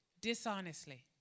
dishonestly